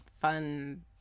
fun-